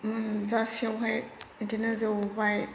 मोनजासेयावहाय बेदिनो जौबाय